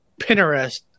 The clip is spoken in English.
Pinterest